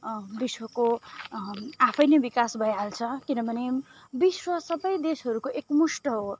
विश्वको आफै नै विकास भइहाल्छ किनभने विश्व सबै देशहरूको एकमुष्ठ हो